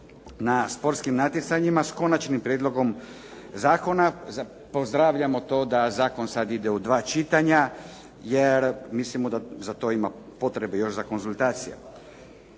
na sportskim natjecanjima s konačnim prijedlogom zakona. Pozdravljamo to da zakon sad ide u dva čitanja jer mislimo da za to ima potrebe još za konzultacijama.